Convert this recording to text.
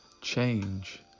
change